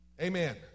Amen